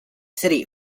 city